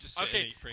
Okay